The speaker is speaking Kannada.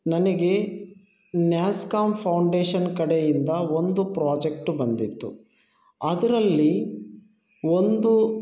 ನನಗೆ ನ್ಯಾಸ್ಕಾಮ್ ಫೌಂಡೇಶನ್ ಕಡೆಯಿಂದ ಒಂದು ಪ್ರಾಜೆಕ್ಟ್ ಬಂದಿತ್ತು ಅದರಲ್ಲಿ ಒಂದು